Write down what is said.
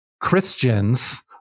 Christians